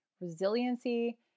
resiliency